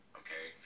okay